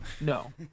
No